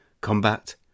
Combat